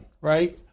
right